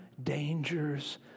Dangers